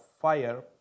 fire